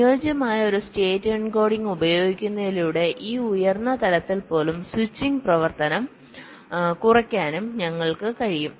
അനുയോജ്യമായ ഒരു state encoding ഉപയോഗിക്കുന്നതിലൂടെ ഈ ഉയർന്ന തലത്തിൽ പോലും സ്വിച്ചിംഗ് പ്രവർത്തനം കുറയ്ക്കാനും ഞങ്ങൾക്ക് കഴിയും